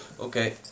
Okay